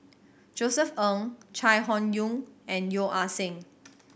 Josef Ng Chai Hon Yoong and Yeo Ah Seng